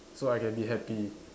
so I can be happy